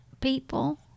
People